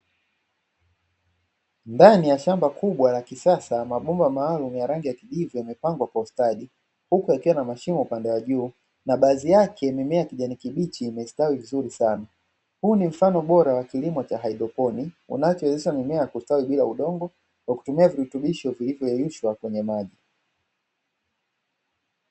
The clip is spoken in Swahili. Ndani ya shamba kubwa la kisasa, mabomba maalumu ya rangi ya kijivu yamepangwa kwa ustadi, huku yakiwa na mashimo upande wa juu na baadhi yake mimea ya kijani kibichi imestawi vizuri sana. Huu ni mfano bora wa kilimo cha hydroponi, unachowezesha mimea kustawi bila udongo kwa kutumia virutubisho vilivyoyeyushwa kwenye maji.